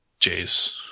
Jace